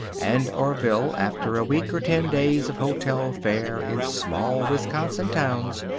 and orville, after a week or ten days of hotel fare in small wisconsin towns,